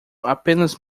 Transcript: apenas